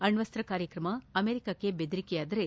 ಅಣ್ಣಸ್ತ ಕಾರ್ಯಕ್ರಮ ಅಮೆರಿಕಕ್ಕೆ ಬೆದರಿಕೆಯಾದರೆ